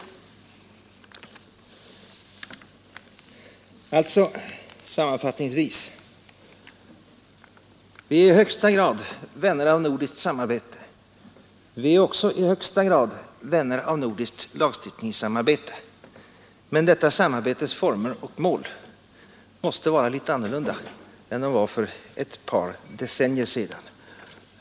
Sammanfattningsvis vill jag säga: Vi är i högsta grad vänner av nordiskt samarbete. Vi är också i högsta grad vänner av nordiskt lagstiftningssamarbete, men detta samarbetes former och mål måste vara litet annorlunda än de var för ett par decennier sedan.